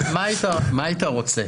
מה אתה היית רוצה?